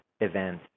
event